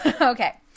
Okay